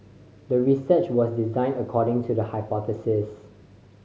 the research was designed according to the hypothesis